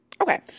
Okay